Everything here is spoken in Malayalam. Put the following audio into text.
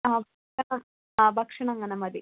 ആ ആ ഭക്ഷണം അങ്ങനെ മതി